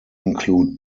include